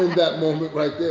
moment right